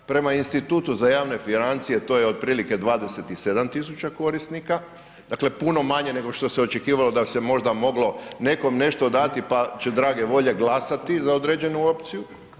Prema Institutu za javne financije, to je otprilike 27 000 korisnika, dakle puno manje nego što se očekivalo da se možda moglo nekom nešto dati pa će drage volje glasati za određenu opciju.